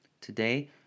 Today